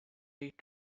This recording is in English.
late